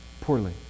poorly